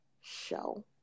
show